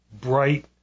bright